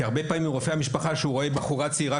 כי הרבה פעמים כשרופאי המשפחה רואים בחורה צעירה